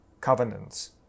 covenants